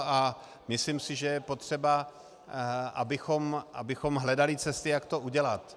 A myslím si, že je potřeba, abychom hledali cesty, jak to udělat.